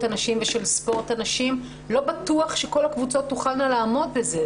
הנשים ושל ספורט הנשים לא בטוח שכל הקבוצות תוכלנה לעמוד בזה.